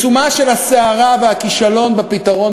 הגילויים של הגזענות בשנה האחרונה בישראל מדאיגים,